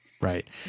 Right